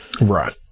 Right